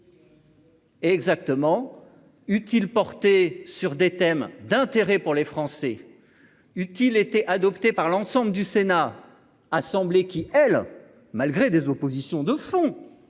Et exactement utile porté sur des thèmes d'intérêt pour les Français utile était adopté par l'ensemble du Sénat Assemblée qui, elle, malgré des oppositions de fond